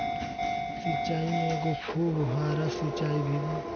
सिचाई में एगो फुव्हारा सिचाई भी बा